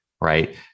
right